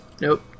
Nope